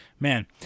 Man